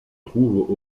trouve